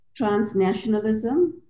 Transnationalism